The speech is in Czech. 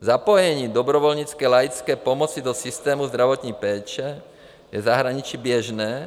Zapojení dobrovolnické laické pomoci do systému zdravotní péče je v zahraničí běžné.